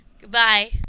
Goodbye